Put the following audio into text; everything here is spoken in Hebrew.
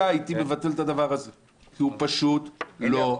הייתי מבטל את הדבר הזה כי הוא פשוט לא נכון.